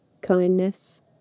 kindness